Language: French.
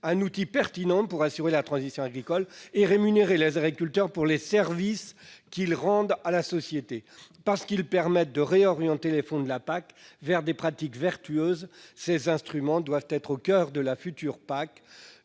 un outil pertinent pour assurer la transition agricole et rémunérer les agriculteurs pour les services qu'ils rendent à la société. Parce qu'ils permettent de réorienter les fonds de la politique agricole commune vers des pratiques vertueuses, ces instruments doivent être au coeur de la future PAC.